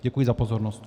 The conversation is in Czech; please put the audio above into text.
Děkuji za pozornost.